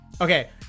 okay